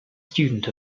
student